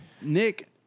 Nick